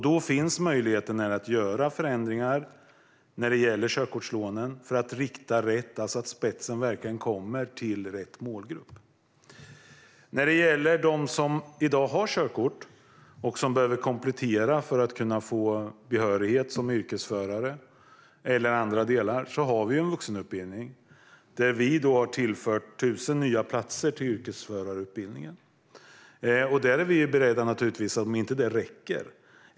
Då finns möjligheten att göra förändringar när det gäller körkortslånen för att rikta dem rätt så att de verkligen kommer till rätt målgrupp. När det gäller dem som i dag har körkort och behöver komplettera för att kunna få behörighet som yrkesförare eller i andra delar har vi en vuxenutbildning. Där har vi tillfört 1 000 nya platser till yrkesförarutbildningen, och vi är beredda att öka antalet om inte det räcker.